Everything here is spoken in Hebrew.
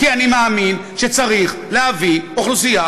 כי אני מאמין שצריך להביא אוכלוסייה